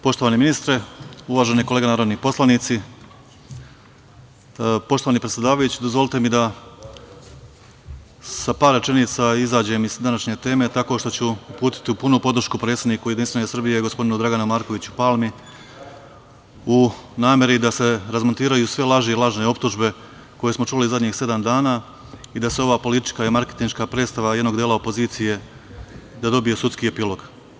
Poštovani ministre, uvažene kolege narodni poslanici, poštovani predsedavajući, dozvolite mi da sa par rečenica izađem iz današnje teme, tako što ću uputiti punu podršku predsedniku JS gospodinu Draganu Markoviću Palmi, u nameri da se razmontiraju sve laži i lažne optužbe koje smo čuli zadnjih sedam dana i da ova politička i marketinška predstava jednog dela opozicije dobije sudski epilog.